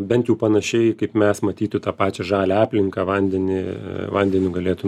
bent jau panašiai kaip mes matytų tą pačią žalią aplinką vandenį vandeniu galėtų